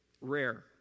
rare